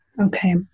Okay